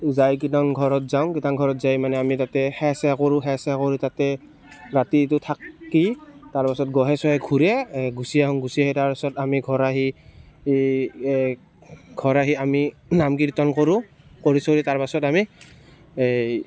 যাই কীৰ্ত্তনঘৰত যাওঁ কীৰ্ত্তনঘৰত যাই মানে আমি তাতে সেৱা চেৱা কৰোঁ সেৱা চেৱা কৰি তাতে ৰাতিটো থাকি তাৰ পাছত গোঁসাই চোঁসাই ঘূৰাই গুচি আহোঁ গুচি আহি তাৰ পাছত আমি ঘৰ আহি ঘৰ আহি আমি নাম কীৰ্ত্তন কৰোঁ কৰি চৰি তাৰ পাছত আমি এই